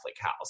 house